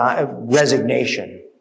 resignation